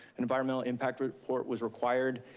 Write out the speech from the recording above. environmental impact report was required.